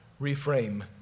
reframe